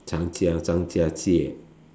Changjiang Zhangjiajie